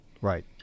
Right